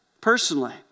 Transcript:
personally